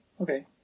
Okay